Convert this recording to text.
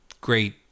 great